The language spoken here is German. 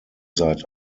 seit